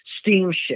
steamship